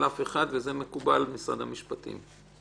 על משרד המשפטים?